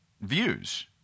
views